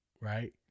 right